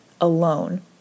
alone